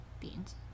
beans